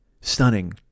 stunning